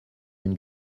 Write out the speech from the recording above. une